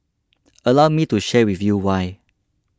allow me to share with you why